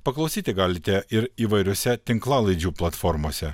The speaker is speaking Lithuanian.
paklausyti galite ir įvairiose tinklalaidžių platformose